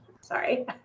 sorry